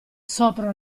sopra